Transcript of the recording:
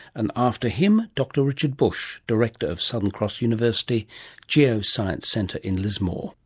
and after him dr richard bush, director of southern cross university geoscience centre in lismore.